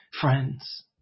friends